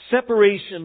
Separation